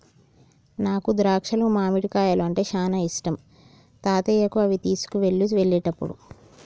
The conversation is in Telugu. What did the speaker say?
నాకు ద్రాక్షాలు మామిడికాయలు అంటే చానా ఇష్టం తాతయ్యకు అవి తీసుకువెళ్ళు వెళ్ళేటప్పుడు